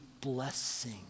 blessing